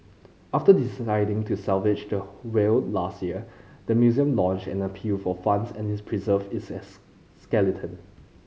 after deciding to salvage the whale last year the museum launch an appeal for funds and it preserve its is skeleton